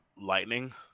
lightning